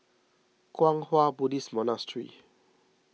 Kwang Hua Buddhist Monastery